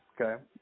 okay